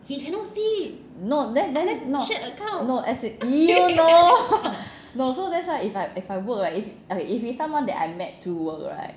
no no then no as in !eww! no no that's why if I if I work right if it's someone that I met through work right